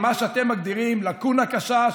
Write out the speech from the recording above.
מה שאתם מגדירים לקונה קשה,